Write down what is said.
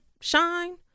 shine